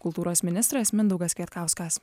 kultūros ministras mindaugas kvietkauskas